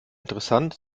interessant